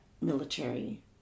military